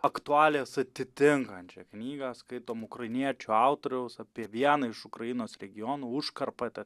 aktualijas atitinkančią knygą skaitom ukrainiečių autoriaus apie vieną iš ukrainos regionų užkarpatę